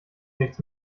nichts